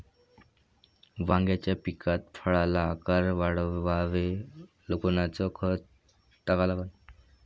वांग्याच्या पिकात फळाचा आकार वाढवाले कोनचं खत टाका लागन?